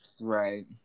right